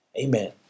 Amen